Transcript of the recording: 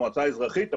המועצה האזרחית הפעם,